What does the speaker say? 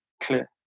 clear